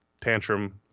tantrum